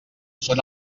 són